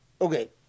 Okay